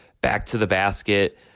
back-to-the-basket